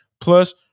plus